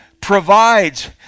provides